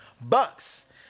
bucks